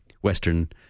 Western